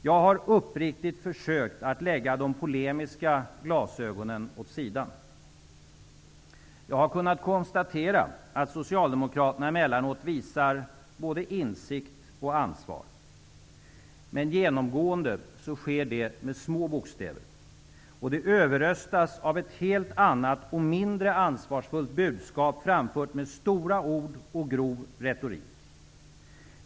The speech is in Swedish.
Jag har uppriktigt försökt att lägga de polemiska glasögonen åt sidan. Jag har kunnat konstatera att Socialdemokraterna emellanåt visar både insikt och ansvar. Men genomgående sker det med små bokstäver. Det överröstas av ett helt annat och mindre ansvarsfullt budskap framfört med stora ord och grov retorik.